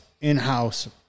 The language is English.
in-house